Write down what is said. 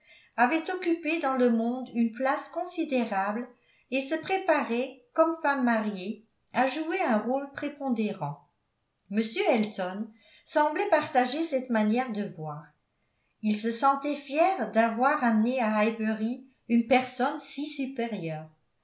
avait occupé dans le monde une place considérable et se préparait comme femme mariée à jouer un rôle prépondérant m elton semblait partager cette manière de voir il se sentait fier d'avoir amené à highbury une personne si supérieure